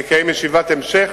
נקיים ישיבת המשך